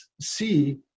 see